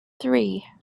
three